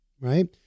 right